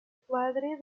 padre